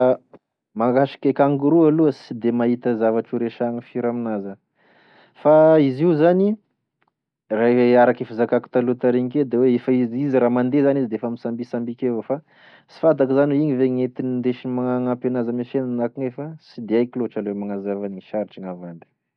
Mahakasiky e kangoroa aloa sy de mahita zavatry ho resahagny firy aminazy aho fa izy io zany raha e araky e fizakako taloha tary ignike da hoe efa izy izy raha mandeh zany izy defa misambisambiky evao sy fantako zany hoe igny ve gn'oentiny gn'indesiny ma- gnampy anzy ame fiainany na akognaia fa sy de haiko loatry aloha gne manazava anazy sarotry gn'avandy.